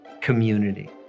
community